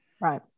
Right